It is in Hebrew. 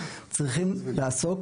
צריכים לעסוק